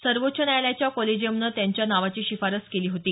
सर्वोच्च न्यायालयाच्या कॉलेजियमनं त्यांच्या नावाची शिफारस केली होती